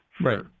Right